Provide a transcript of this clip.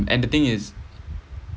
and the thing is